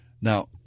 Now